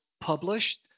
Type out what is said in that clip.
published